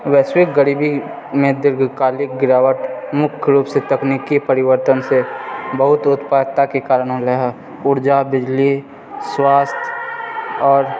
वैश्विक गरीबीमे दीर्घकालिक गिरावट मुख्य रूपसँ तकनीकी परिवर्तनसँ बहुत उत्पादकताके कारण होलै हँ उर्जा बिजली स्वास्थ्य आओर